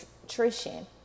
nutrition